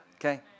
Okay